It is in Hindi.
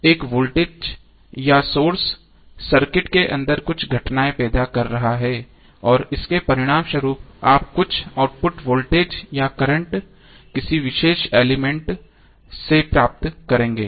एक वोल्टेज या सोर्स सर्किट के अंदर कुछ घटनाएं पैदा कर रहा है और इसके परिणामस्वरूप आप कुछ आउटपुट वोल्टेज या करंट किसी विशेष एलिमेंट प्राप्त करेंगे